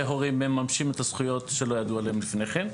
הורים מממשים את הזכויות שלא ידעו עליהן לפני כן.